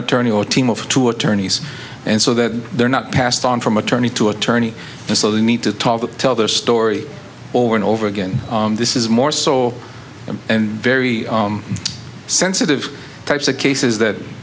attorney or team of two attorneys and so that they're not passed on from attorney to attorney and so they need to tell their story over and over again this is more sole and very sensitive types of cases that